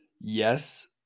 Yes